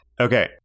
Okay